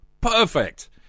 Perfect